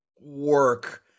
work